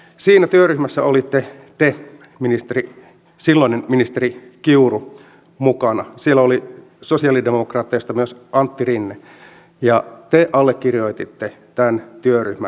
siinä työryhmässä olitte te silloinen ministeri kiuru mukana siellä oli sosialidemokraateista myös antti rinne ja te allekirjoititte tämän työryhmän tuloksen